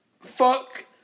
fuck